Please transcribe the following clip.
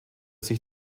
sich